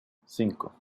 cinco